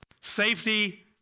Safety